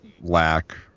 Lack